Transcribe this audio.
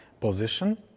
position